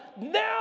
now